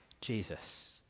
Jesus